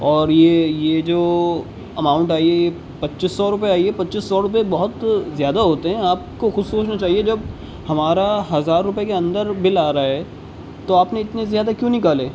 اور یہ یہ جو اماؤنٹ آئی ہے یہ پچیس سو روپئے آئی ہے پچیس سو ڑوپئے بہت زیادہ ہوتے ہیں آپ کو خود سوچنا چاہیے جب ہمارا ہزار روپئے کے اندر بل آ رہا ہے تو آپ نے اتنے زیادہ کیوں نکالے